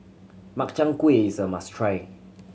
Makchang Gui is a must try